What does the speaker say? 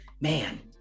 man